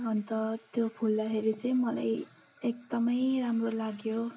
अन्त त्यो फुल्दाखेरि चाहिँ मलाई एकदमै राम्रो लाग्यो